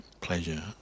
pleasure